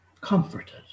comforted